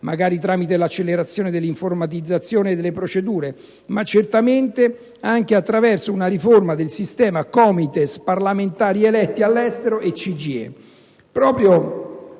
esempio tramite l'accelerazione dell'informatizzazione delle procedure, ma certamente anche attraverso una riforma del sistema Comites, parlamentari eletti all'estero e CGIE.